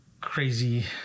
crazy